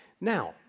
Now